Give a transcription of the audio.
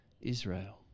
Israel